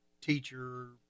teacher